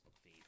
feed